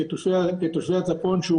כתושבי הצפון אנחנו מרגישים שהצפון